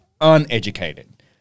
uneducated